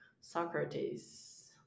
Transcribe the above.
Socrates